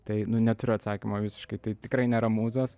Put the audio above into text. tai neturiu atsakymo visiškai tai tikrai nėra mūzos